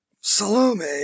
Salome